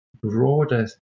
broader